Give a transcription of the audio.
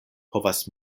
povas